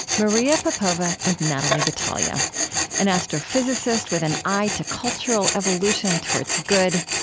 maria popova and natalie batalha an astrophysicist with an eye to cultural evolution towards good,